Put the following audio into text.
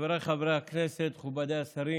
חבריי חברי הכנסת, מכובדיי השרים,